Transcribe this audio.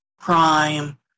crime